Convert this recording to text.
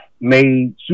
made